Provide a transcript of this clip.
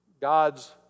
God's